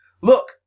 Look